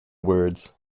words